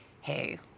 hey